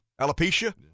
alopecia